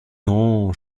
non